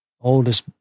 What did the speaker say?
oldest